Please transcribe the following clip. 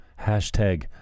hashtag